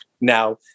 now